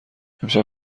امشب